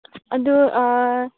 ꯑꯗꯨ